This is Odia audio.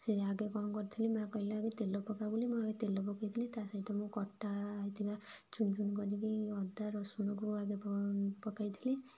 ସେ ଆଗେ କଣ କରିଥିଲି ମାଆ କହିଲେ ଆଗ ତେଲ ପକା ବୋଲି ମୁଁ ଆଗେ ତେଲ ପକେଇ ଥିଲି ତା ସହିତ ମୁଁ କଟା ହୋଇଥିବା ଚୁନ୍ ଚୁନ୍ କରିକି ଅଦା ରସୁଣକୁ ଆଗେ ପ ପକେଇ ଥିଲି